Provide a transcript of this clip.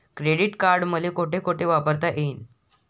Credit card मले कोठ कोठ वापरता येईन?